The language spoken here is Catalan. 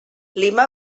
lima